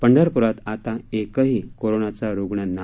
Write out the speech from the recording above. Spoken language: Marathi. पंढरपुरात आता एकही कोरोनाचा रुग्ण नाही